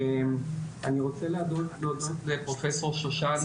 אני רוצה להודות לפרופסור שושני,